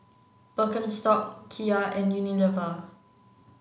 Birkenstock Kia and Unilever